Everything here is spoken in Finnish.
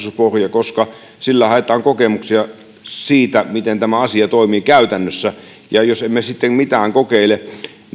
koska sillä haetaan kokemuksia siitä miten tämä asia toimii käytännössä jos emme mitään kokeile